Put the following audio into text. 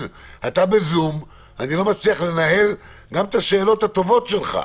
שאתה בזום ואני לא מצליח לנהל שיחה כמו שצריך.